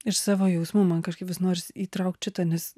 iš savo jausmų man kažkaip vis nors įtraukti šitą nes